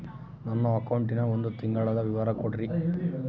ನನ್ನ ಅಕೌಂಟಿನ ಒಂದು ತಿಂಗಳದ ವಿವರ ಕೊಡ್ರಿ?